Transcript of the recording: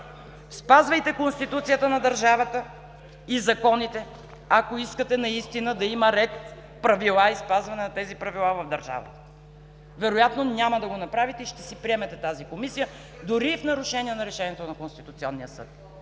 Спазвайте Конституцията на държавата и законите, ако искате да има ред, правила и спазване на тези правила в държавата! Вероятно няма да го направите и ще приемете тази комисия, дори в нарушение на решението на Конституционния съд!